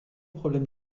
problèmes